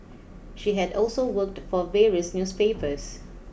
she had also worked for various newspapers